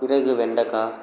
பிறகு வெண்டக்காய்